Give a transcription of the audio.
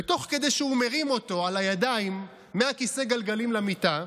ותוך כדי שהוא מרים אותו על הידיים מכיסא הגלגלים למיטה,